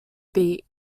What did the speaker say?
beak